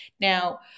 Now